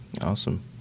Awesome